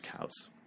cows